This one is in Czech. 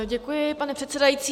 Děkuji, pane předsedající.